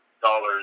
dollars